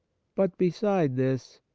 but, beside this,